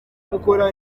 gukora